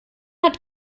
hat